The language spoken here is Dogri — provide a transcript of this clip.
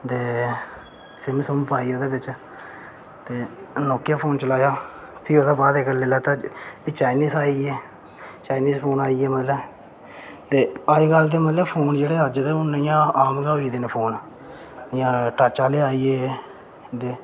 ते सिम पाई ओह्दे बिच ते नोकिया दा फोन चलाया ते फ्ही ओह्दे इक्क लैता चाइनीज़ फोन आई गे ते अज्ज दे मतलब अजकल इं'या आम गै होई गेदे न फोन इं'या टच आह्ले आई गे